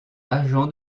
agent